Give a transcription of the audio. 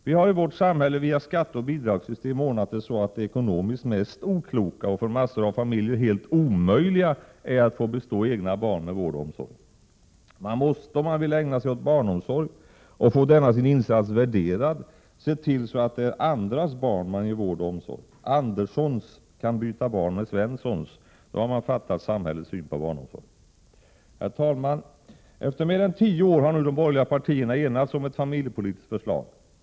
Vi har i vårt samhälle via skatteoch bidragssystem ordnat det så att det ekonomiskt mest okloka och för massor av familjer helt omöjliga är att få bestå egna barn med vård och omsorg. Man måste om man vill ägna sig åt barnomsorg, och få denna sin insats värderad, se till att det är andras barn man ger vård och omsorg. Anderssons kan byta barn med Svenssons, då har man förstått hur samhället ser på barnomsorg. Herr talman! Efter mer än tio år har nu de borgerliga partierna enats om ett familjepolitiskt förslag.